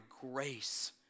grace